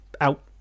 out